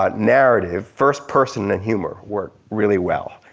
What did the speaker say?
ah narrative, first person in humor worked really well.